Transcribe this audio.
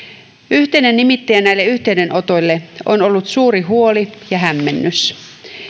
yhteinen nimittäjä näille yhteydenotoille on ollut suuri huoli ja hämmennys